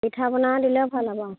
পিঠা পনা দিলে ভাল হ'ব অঁ